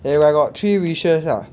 if I got three wishes ah